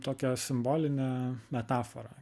tokią simbolinę metaforą